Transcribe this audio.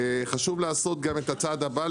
חשוב לעשות גם את הצעד הבא,